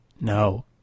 No